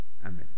Amen